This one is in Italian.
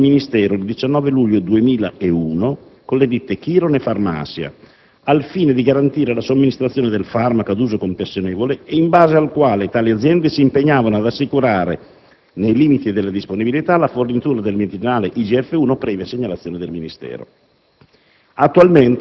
siglato dal Ministero il 19 luglio 2001 con le ditte Chiron e Pharmacia, al fine di garantire la somministrazione del farmaco ad uso compassionevole e in base al quale tali aziende si impegnavano ad assicurare, nei limiti della disponibilità, la fornitura del medicinale IGF-1 previa segnalazione del Ministero.